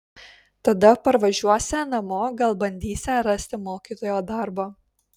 tada parvažiuosią namo gal bandysią rasti mokytojo darbą